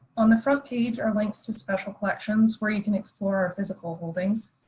on the front page are links to special collections where you can explore our physical holdings,